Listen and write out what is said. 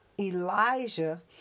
Elijah